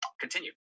Continue